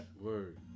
Word